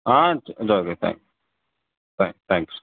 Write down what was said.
ஆ சரி sir thanks thanks